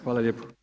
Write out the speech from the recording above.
Hvala lijepo.